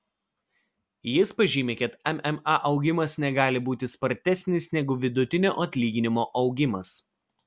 jis pažymi kad mma augimas negali būti spartesnis negu vidutinio atlyginimo augimas